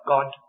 God